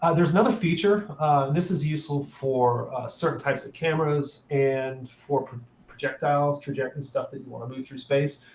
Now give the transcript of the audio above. ah there's another feature. and this is useful for certain types of cameras and for projectiles, projecting stuff that you want to move through space.